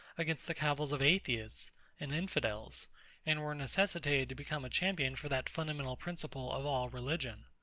against the cavils of atheists and infidels and were necessitated to become a champion for that fundamental principle of all religion.